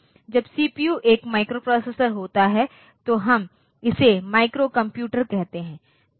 जब CPU एक microprocessor होता है तो हम इसे माइक्रो कंप्यूटर कहेंगे